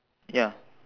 ya